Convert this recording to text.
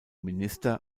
minister